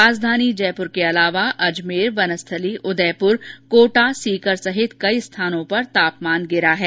राजधानी जयपुर के अलावा अजमेर वर्नस्थली उदयपुर कोटा सीकर सहित कई स्थानों पर तापमान गिरा है